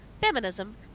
feminism